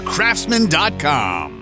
Craftsman.com